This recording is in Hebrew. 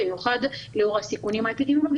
במיוחד לאור הסיכונים האפידמיולוגים